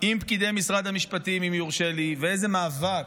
עם פקידי משרד המשפטים, אם יורשה לי, ואיזה מאבק,